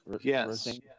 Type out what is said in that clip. Yes